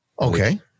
Okay